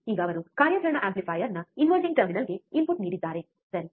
ಈಗ ಅವರು ಕಾರ್ಯಾಚರಣಾ ಆಂಪ್ಲಿಫೈಯರ್ನ ಇನ್ವರ್ಟಿಂಗ್ ಟರ್ಮಿನಲ್ಗೆ ಇನ್ಪುಟ್ ನೀಡಿದ್ದಾರೆ ಸರಿ